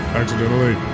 accidentally